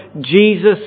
Jesus